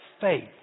faith